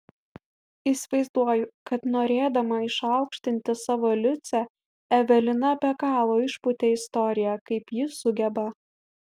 įsivaizduoju kad norėdama išaukštinti savo liusę evelina be galo išpūtė istoriją kaip ji sugeba